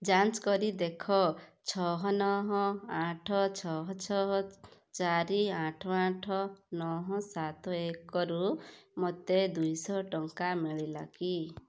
ଯାଞ୍ଚ କରି ଦେଖ ଛଅ ନଅ ଆଠ ଛଅ ଛଅ ଚାରି ଆଠ ଆଠ ନଅ ସାତ ଏକରୁ ମୋତେ ଦୁଇଶହ ଟଙ୍କା ମିଳିଲା କି